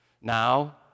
Now